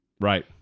Right